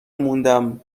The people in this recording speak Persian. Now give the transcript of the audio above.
موندم